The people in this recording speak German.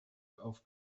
auf